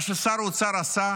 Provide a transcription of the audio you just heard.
מה ששר אוצר עשה,